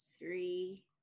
three